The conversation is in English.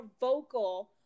vocal